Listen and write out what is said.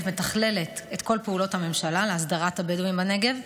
מתכללת את כל פעולות הממשלה להסדרת הבדואים בנגב,